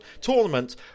Tournament